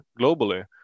globally